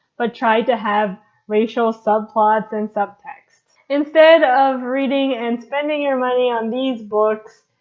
but try to have racial subplots and subtext. instead of reading and spending your money on these books,